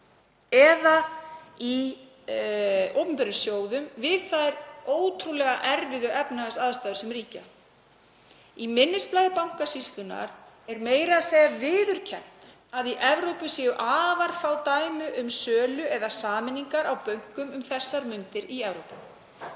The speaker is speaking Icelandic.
eða í opinberum sjóðum við þær ótrúlega erfiðu efnahagsaðstæður sem ríkja. Í minnisblaði Bankasýslunnar er meira að segja viðurkennt að í Evrópu séu afar fá dæmi um sölu eða sameiningar á bönkum um þessar mundir. Eins